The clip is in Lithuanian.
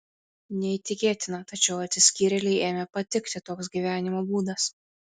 neįtikėtina tačiau atsiskyrėlei ėmė patikti toks gyvenimo būdas